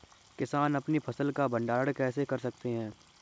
किसान अपनी फसल का भंडारण कैसे कर सकते हैं?